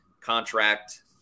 contract